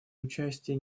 участия